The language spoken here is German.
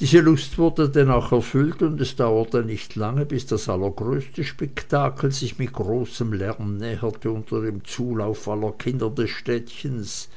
diese lust wurde denn auch erfüllt und es dauerte nicht lange bis das allergrößte spektakel sich mit großem lärm näherte unter dem zulauf aller kinder des städtchens